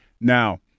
Now